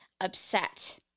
upset